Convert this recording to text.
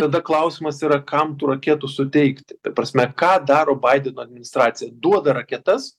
tada klausimas yra kam tų raketų suteikti ta prasme ką daro baideno administracija duoda raketas